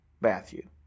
Matthew